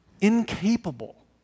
incapable